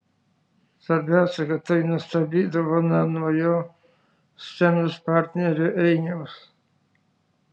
svarbiausia kad tai nuostabi dovana nuo jo scenos partnerio einiaus